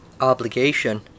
obligation